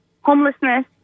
homelessness